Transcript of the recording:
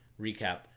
recap